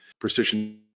precision